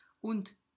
Und